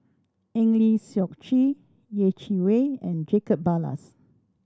Eng Lee Seok Chee Yeh Chi Wei and Jacob Ballas